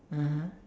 (uh huh)